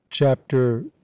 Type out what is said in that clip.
Chapter